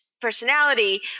personality